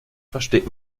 versteht